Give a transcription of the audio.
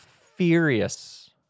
furious